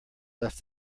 left